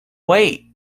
wait